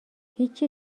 هیچی